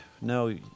no